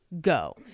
go